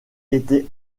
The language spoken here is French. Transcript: été